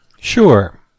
Sure